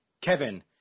Kevin